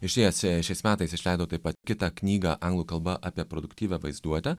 išties šiais metais išleido taip pat kitą knygą anglų kalba apie produktyvią vaizduotę